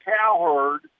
Cowherd